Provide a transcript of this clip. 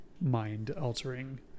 mind-altering